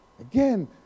Again